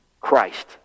Christ